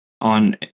on